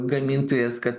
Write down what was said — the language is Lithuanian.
gamintojas kad